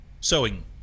Sewing